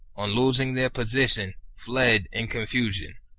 on losing their position, fled in confusion.